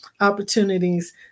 opportunities